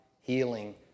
healing